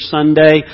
Sunday